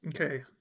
Okay